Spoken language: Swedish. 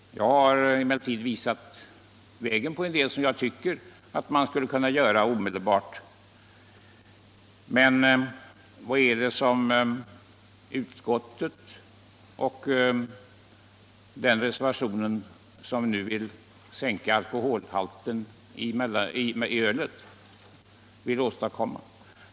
Jag har emellertid visat på en del åtgärder som jag tycker att man skulle kunna vidta omedelbart. Men vad är det som man vill åstadkomma genom utskottet och den reservation där man nu vill sänka alkoholhalten i ölet?